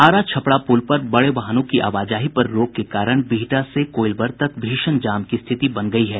आरा छपरा पुल पर बड़े वाहनों की आवाजाही पर रोक के कारण बिहटा से कोईलवर तक भीषण जाम की स्थिति बन गयी है